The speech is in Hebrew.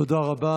תודה רבה.